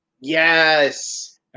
Yes